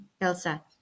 Elsa